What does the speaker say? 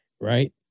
Right